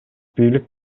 бийлик